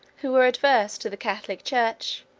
who were adverse to the catholic church,